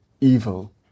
evil